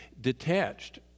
detached